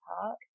Park